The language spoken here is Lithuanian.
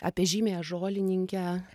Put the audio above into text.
apie žymiąją žolininkę